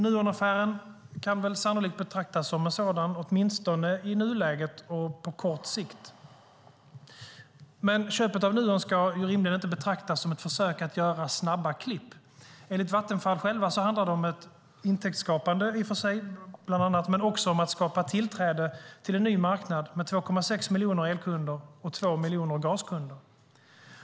Nuonaffären kan väl sannolikt betraktas som en sådan, åtminstone i nuläget och på kort sikt. Men köpet av Nuon ska rimligen inte betraktas som ett försök att göra snabba klipp. Enligt Vattenfall själv handlar det bland annat om ett intäktsskapande men också om att skapa tillträde till en ny marknad med 2,6 miljoner elkunder och 2 miljoner gaskunder.